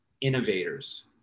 innovators